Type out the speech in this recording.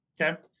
okay